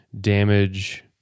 damage